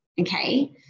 okay